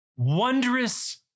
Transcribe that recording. wondrous